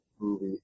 movie